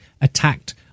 attacked